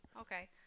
Okay